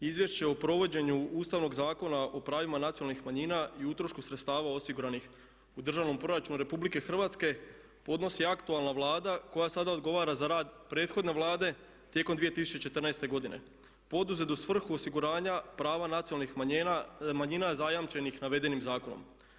Izvješće o provođenju Ustavnog zakona o pravima nacionalnih manjina i utrošku sredstava osiguranih u državnom proračunu Republike Hrvatske podnosi aktualna Vlada koja sada odgovara za rad prethodne Vlade tijekom 2014. godine poduzetog u svrhu osiguravanja prava nacionalnih manjina zajamčenih navedenim zakonom.